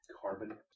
Carbon